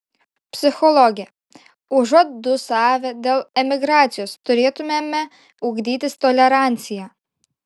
psichologė užuot dūsavę dėl emigracijos turėtumėme ugdytis toleranciją